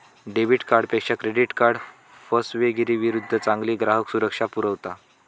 debit कार्डपेक्षा credit card फसवेगिरीविरुद्ध चांगली ग्राहक सुरक्षा पुरवता